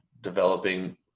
developing